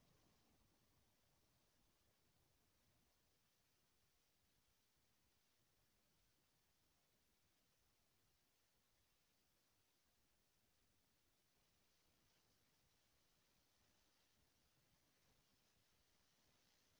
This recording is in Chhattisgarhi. बजार म एककन दवई छितना हे तेखरो बर स्पेयर आथे अउ एके बार म जादा अकन दवई छितना हे तेखरो इस्पेयर अलगे अलगे कंपनी के आथे